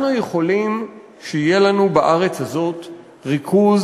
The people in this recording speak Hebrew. אנחנו יכולים שיהיה לנו בארץ הזאת ריכוז